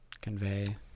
convey